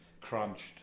crunched